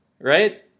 right